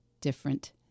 different